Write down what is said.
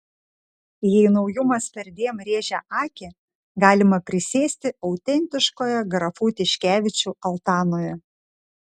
jei naujumas perdėm rėžia akį galima prisėsti autentiškoje grafų tiškevičių altanoje